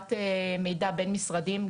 להעברת מידע בין משרדים,